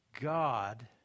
God